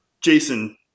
Jason